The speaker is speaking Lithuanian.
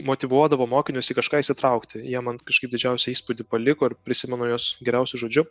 motyvuodavo mokinius į kažką išsitraukti jie man kažkaip didžiausią įspūdį paliko ir prisimenu juos geriausiu žodžiu